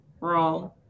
Wrong